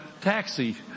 taxi